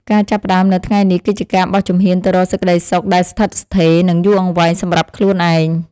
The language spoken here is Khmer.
ការចាប់ផ្តើមនៅថ្ងៃនេះគឺជាការបោះជំហានទៅរកសេចក្តីសុខដែលស្ថិតស្ថេរ និង យូរអង្វែងសម្រាប់ខ្លួនឯង។